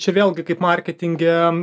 čia vėlgi kaip marketinge